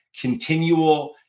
continual